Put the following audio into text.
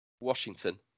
Washington